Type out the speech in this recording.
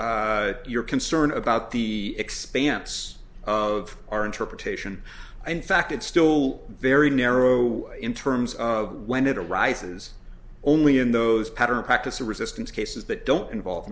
your concern about the expanse of our interpretation in fact it's still very narrow in terms of when it arises only in those pattern practice or resistance cases that don't involve